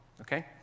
Okay